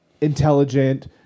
intelligent